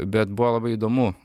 bet buvo labai įdomu